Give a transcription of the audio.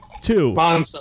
two